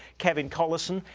kevin collison,